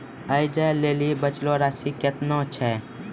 ऐज लेली बचलो राशि केतना छै?